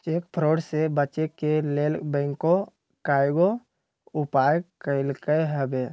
cheque fraud से बचे के लेल बैंकों कयगो उपाय कलकइ हबे